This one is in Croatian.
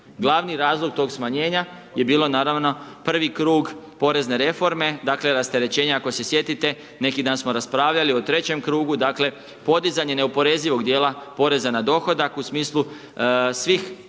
Glavni razlog tog smanjenja je bilo naravno prvi krug Porezne reforme, dakle, rasterećenja, ako se sjetite, neki dan smo raspravljali u trećem krugu, dakle, podizanje neoporezivog dijela Poreza na dohodak u smislu svih